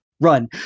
run